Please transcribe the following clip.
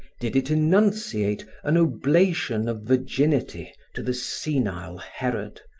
did it enunciate an oblation of virginity to the senile herod,